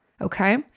Okay